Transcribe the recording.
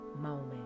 moment